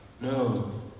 No